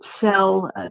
sell